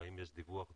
והאם יש דיווח דומה?